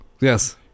Yes